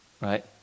right